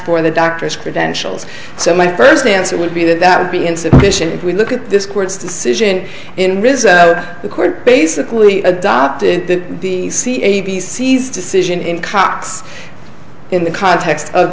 for the doctor's credentials so my first answer would be that that would be insufficient if we look at this court's decision in rizza the court basically adopted the c a b c's decision in cox in the context of